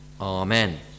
Amen